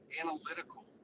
analytical